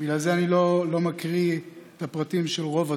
בגלל זה אני לא מקריא את הפרטים של רוב התאונות.